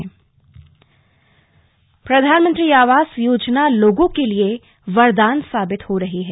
slug प्रधानमंत्री आवास योजना प्रधानमंत्री आवास योजना लोगो के लिए वरदान साबित हो रही है